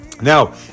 Now